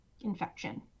infection